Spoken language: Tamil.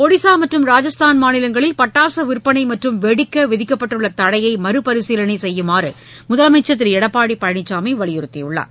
ஒடிஷா மற்றும் ராஜஸ்தான் மாநிலங்களில் பட்டாசு விற்பனை மற்றும் வெடிக்க விதிக்கப்பட்டுள்ள தடையை மறுபரிசீலனை செய்யுமாறு முதலமைச்சர் திரு எடப்பாடி பழனிசாமி வலியுறுத்தியுள்ளார்